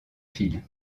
fil